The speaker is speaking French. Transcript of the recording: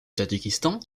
tadjikistan